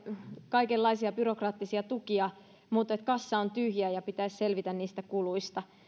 kaikenlaisia byrokraattisia tukia mutta kassa on tyhjä ja pitäisi selvitä niistä kuluista